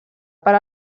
per